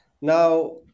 Now